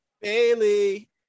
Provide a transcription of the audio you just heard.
Bailey